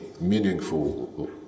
meaningful